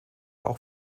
auch